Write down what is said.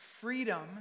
freedom